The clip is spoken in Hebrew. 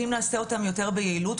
שאם נעשה אותם יותר ביעילות,